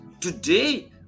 Today